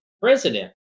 president